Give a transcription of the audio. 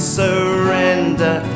surrender